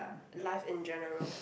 life in general